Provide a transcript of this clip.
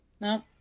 No